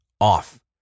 off